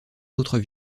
d’autres